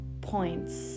points